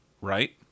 right